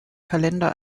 kalender